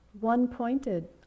one-pointed